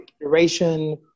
duration